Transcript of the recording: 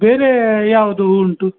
ಬೇರೆ ಯಾವುದು ಉಂಟು